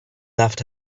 left